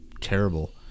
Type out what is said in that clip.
terrible